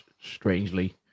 strangely